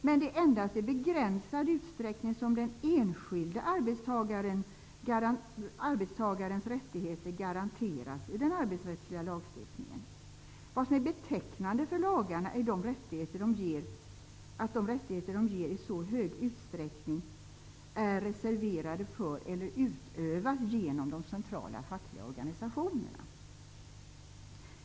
Men det är endast i begränsad utsträckning som den enskilde arbetstagarens rättigheter garanteras i den arbetsrättsliga lagstiftningen. Vad som är betecknande för lagarna är att de rättigheter lagarna ger i så hög utsträckning är reserverade för, eller utövas genom, de centrala fackliga organisationerna.